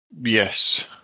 Yes